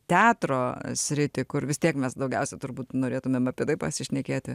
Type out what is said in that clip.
teatro sritį kur vis tiek mes daugiausia turbūt norėtumėm apie tai pasišnekėti